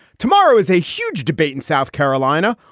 tomorrow is a huge debate in south carolina.